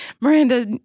Miranda